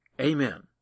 Amen